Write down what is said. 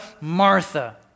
Martha